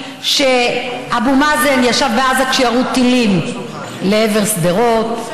שאבו מאזן ישב בעזה כשירו טילים לעבר שדרות,